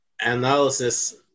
analysis